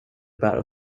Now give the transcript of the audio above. bära